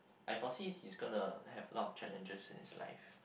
I foresee he's gonna have a lot of challenges in his life